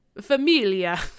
Familia